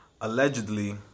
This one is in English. allegedly